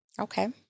Okay